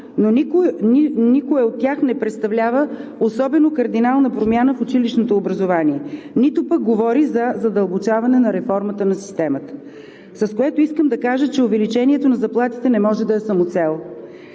но никое от тях не представлява особено кардинална промяна в училищното образование, нито пък говори за задълбочаване на реформата на системата, с което искам да кажа, че увеличението на заплатите не може да е самоцел.